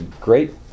great